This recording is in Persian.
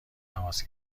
تماس